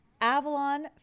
avalon